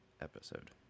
episode